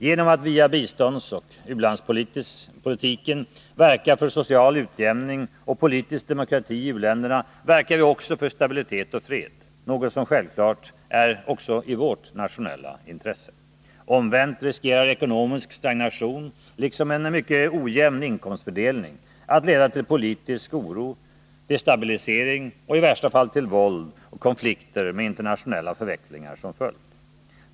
Genom att via biståndsoch u-landspolitiken verka för social utjämning och politisk demokrati i u-länderna verkar vi också för stabilitet och fred, något som självklart är i vårt eget nationella intresse. Omvänt riskerar ekonomisk stagnation — liksom en mycket ojämn inkomstfördelning — att leda till politisk oro, destabilisering och i värsta fall till våld och konflikter med internationella förvecklingar som följd.